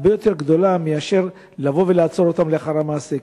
הרבה יותר גדולה מאשר לבוא ולעצור אותם לאחר המעשה.